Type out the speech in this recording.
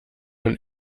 man